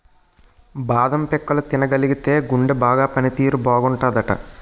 బాదం పిక్కలు తినగలిగితేయ్ గుండె బాగా పని తీరు బాగుంటాదట